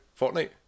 Fortnite